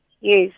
Yes